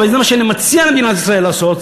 וזה שאני מציע למדינת ישראל לעשות,